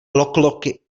lokloki